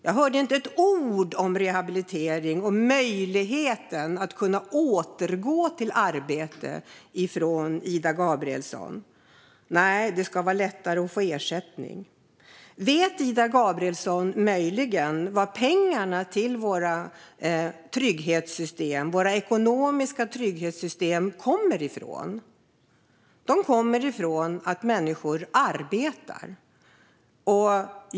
Jag hörde inte ett ord från Ida Gabrielsson om rehabilitering eller möjligheten att återgå i arbete. Nej, det ska vara lättare att få ersättning. Vet Ida Gabrielsson möjligen varifrån pengarna till våra ekonomiska trygghetssystem kommer? De kommer från att människor arbetar.